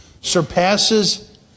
surpasses